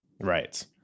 Right